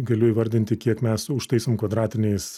galiu įvardinti kiek mes užtaisom kvadratiniais